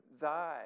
Thy